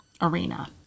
arena